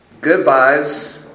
Goodbyes